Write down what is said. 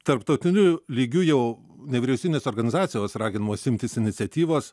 tarptautiniu lygiu jau nevyriausybinės organizacijos raginamos imtis iniciatyvos